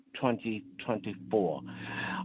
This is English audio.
2024